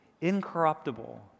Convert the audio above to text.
incorruptible